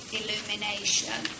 illumination